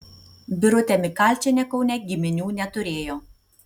birutė mikalčienė kaune giminių neturėjo